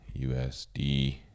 USD